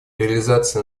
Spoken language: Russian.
реализация